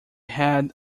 head